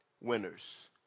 winners